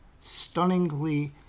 stunningly